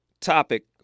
topic